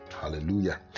Hallelujah